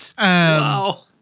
Wow